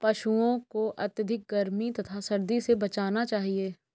पशूओं को अत्यधिक गर्मी तथा सर्दी से बचाना चाहिए